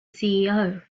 ceo